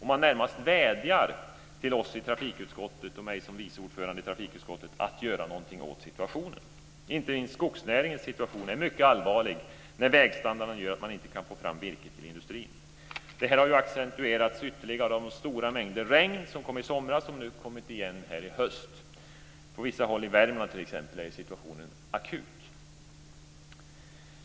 Man närmast vädjar till oss i trafikutskottet och mig som vice ordförande i utskottet att göra någonting åt situationen. Inte minst skogsnäringens situation är mycket allvarlig när vägstandarden gör att man inte kan få fram virke till industrin. Detta har accentuerats ytterligare av de stora mängder regn som kom i somras och som kommit igen nu i höst. På vissa håll i t.ex. Värmland är situationen akut.